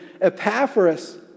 Epaphras